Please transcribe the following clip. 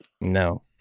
No